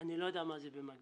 אני לא יודע מה זה במקביל,